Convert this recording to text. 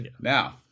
Now